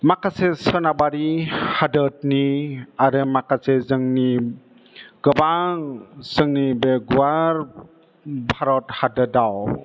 माखासे सोनाबारि हादरनि आरो माखासे जोंनि गोबां जोंनि बे गुवार भारत हादराव